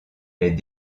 est